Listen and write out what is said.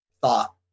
thought